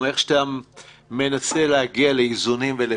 גם איך שאתה מנסה להגיע לאיזונים ופשרות.